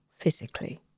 physically